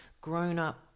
grown-up